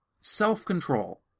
self-control